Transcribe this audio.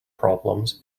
problems